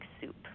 soup